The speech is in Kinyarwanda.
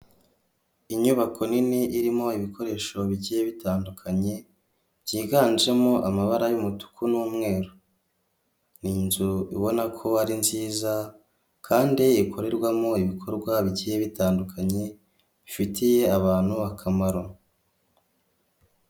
Inyubako nini irimo ibikoresho bigiye bitandukanye byiganjemo amabara y'umutuku n'umweru. Ni inzu ibona ko ari nziza kandi ikorerwamo ibikorwa bigiye bitandukanye bifitiye abantu akamaro.